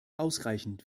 ausreichend